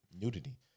nudity